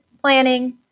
planning